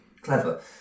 clever